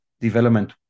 development